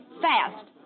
Fast